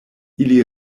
ili